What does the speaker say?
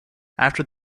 after